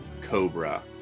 Cobra